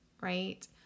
right